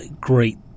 great